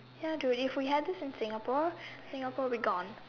ya dude if we had this in Singapore Singapore would be gone